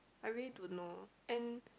I really don't know and